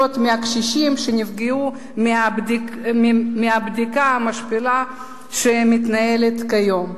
מהקשישים שנפגעו מהבדיקה המשפילה שמתנהלת כיום.